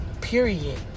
period